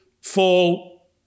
fall